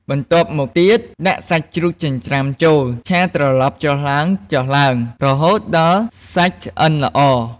បន្ទាប់មកទៀត ដាក់សាច់ជ្រូកចិញ្ច្រាំចូល ឆាត្រឡប់ចុះឡើងៗ រហូតដល់សាច់ឆ្អិនល្អ ។